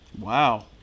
Wow